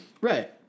Right